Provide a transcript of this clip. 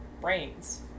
brains